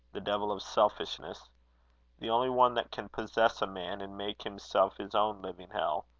the devil of selfishness the only one that can possess a man and make himself his own living hell.